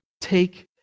take